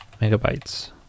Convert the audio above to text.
megabytes